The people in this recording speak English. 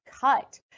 cut